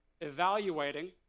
evaluating